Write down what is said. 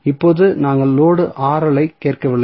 இப்போது நாங்கள் லோடு ஐ கேட்கவில்லை